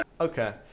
Okay